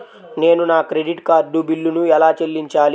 నేను నా credit card బిల్లును ఎలా చెల్లించాలీ?